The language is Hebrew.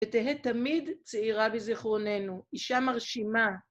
שתהא תמיד צעירה בזכרוננו, אישה מרשימה.